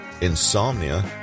insomnia